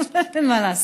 מה לעשות.